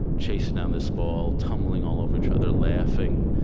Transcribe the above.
chasing down this ball, tumbling all over each other, laughing,